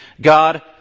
God